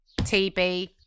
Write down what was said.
TB